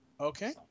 Okay